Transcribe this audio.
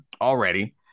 already